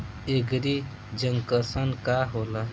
एगरी junction का होला?